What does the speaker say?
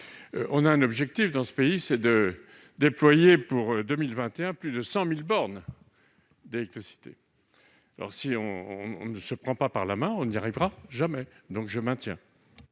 avons un objectif dans ce pays, à savoir déployer pour 2021 plus de 100 000 bornes d'électricité. Si l'on ne se prend pas par la main, on n'y arrivera jamais ! Je mets